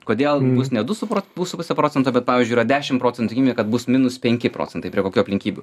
kodėl bus ne du suprask du su pusę procento bet pavyzdžiui yra dešimt procentų kad bus minus penki procentai prie kokių aplinkybių